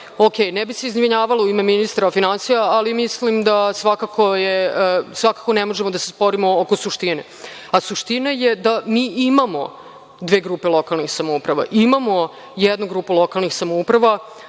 ne bih se izvinjavala u ime ministra finansija, ali mislim da svakako ne možemo da se sporimo oko suštine, a suština je da mi imamo dve grupe lokalnih samouprava. Imamo jednu grupu lokalnih samouprava